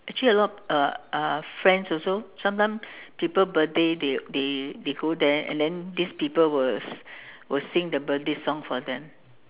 actually a lot of uh uh friends also sometimes people birthday they they they go there and then these people will will sing the birthday song for them